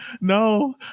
no